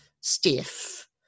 stiff